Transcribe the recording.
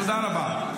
תודה רבה.